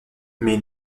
mais